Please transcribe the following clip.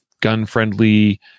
gun-friendly